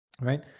right